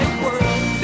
world